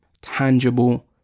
tangible